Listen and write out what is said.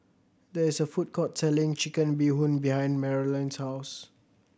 there is a food court selling Chicken Bee Hoon behind Marolyn's house